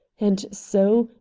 and so,